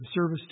service